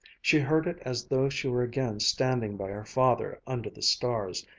she heard it as though she were again standing by her father under the stars.